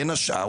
בין השאר,